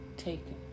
Taken